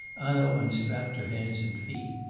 hanaud unstrapped her hands and feet.